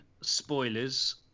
spoilers